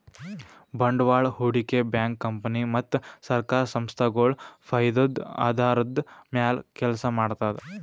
ಬಂಡವಾಳ್ ಹೂಡಿಕೆ bank company ಮತ್ತ್ ಸರ್ಕಾರ್ ಸಂಸ್ಥಾಗೊಳ್ ಫೈದದ್ದ್ ಆಧಾರದ್ದ್ ಮ್ಯಾಲ್ ಕೆಲಸ ಮಾಡ್ತದ್